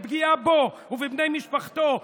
לפגיעה בו ובבני משפחתו.